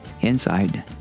Inside